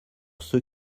ceux